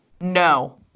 No